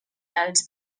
dels